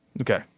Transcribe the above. Okay